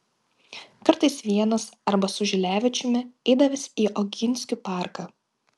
kartais vienas arba su žilevičiumi eidavęs į oginskių parką